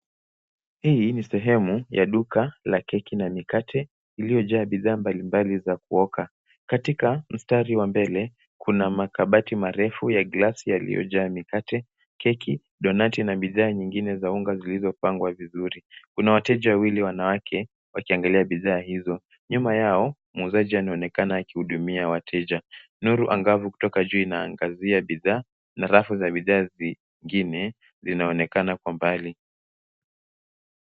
Hii ni sehemu ya duka la keki na mikate iliyojaa bidhaa mbalimbali za kuoka. Katika mstari wa mbele, kuna makabati marefu ya glasi yaliyojaa mikate keki, donati na bidhaa nyingine za unga zilizopangwa vizuri. Kuna wateja wawili wanwake wakiangalia bidhaa hizo. Nyuma yao mwuzaji anaonekana akiwahudumia wateja. Nuru angavu kutoka juu inaangazia bidhaa na rafu za bidhaa zingine zinaonekana kwa mbali.